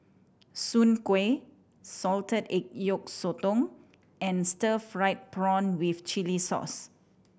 soon kway salted egg yolk sotong and stir fried prawn with chili sauce